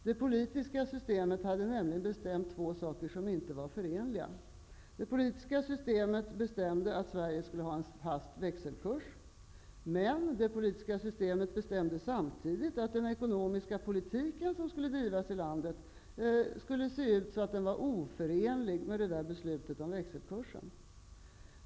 Det politiska systemet hade nämligen bestämt två saker som inte var förenliga. Det politiska systemet bestämde att Sverige skulle ha en fast växelkurs. Samtidigt drevs en ekonomisk politik i landet som var oförenlig med beslutet om växelkursen.